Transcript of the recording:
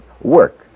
work